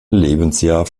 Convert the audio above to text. lebensjahr